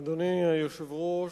אדוני היושב-ראש,